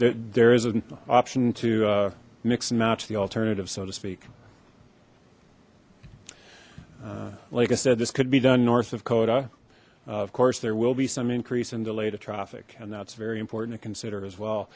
there is an option to mix and match the alternative so to speak like i said this could be done north of coda of course there will be some increase in delay to traffic and that's very important to consider as well